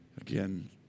Again